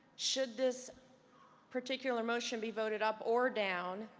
should this particular motion be voted up or down,